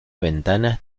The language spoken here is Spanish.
ventanas